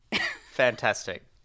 Fantastic